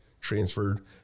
transferred